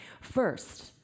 First